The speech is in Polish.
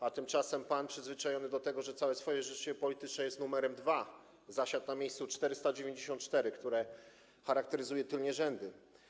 A tymczasem pan, przyzwyczajony do tego, że całe swoje życie polityczne jest numerem dwa, zasiadł na miejscu 494, które należy do tylnych rzędów.